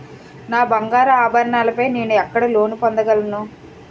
నా బంగారు ఆభరణాలపై నేను ఎక్కడ లోన్ పొందగలను?